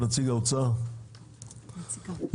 האוצר,